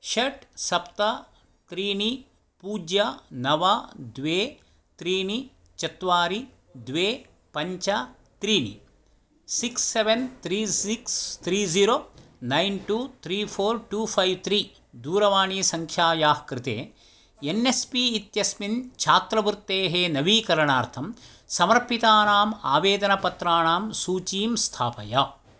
षट् सप्त त्रीणि पूज्य नव द्वे त्रीणि चत्वारि द्वे पञ्च त्रीणि six seven three six three zero nine two three four two five three दूरवाणीसङ्ख्यायाः कृते एन् एस् पी इत्यस्मिन् छात्रवृत्तेः नवीकरणार्थं समर्पितानाम् आवेदनपत्राणां सूचीं स्थापय